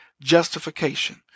justification